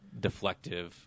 deflective